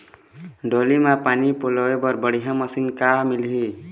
डोली म पानी पलोए बर बढ़िया मशीन कहां मिलही?